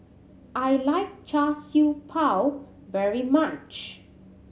I like Char Siew Bao very much